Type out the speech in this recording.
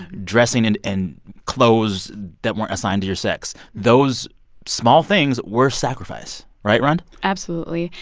dressing and in clothes that weren't assigned to your sex, those small things were sacrifice. right, rund? absolutely.